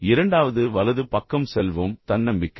இரண்டாவது வலது பக்கம் செல்வோம் தன்னம்பிக்கை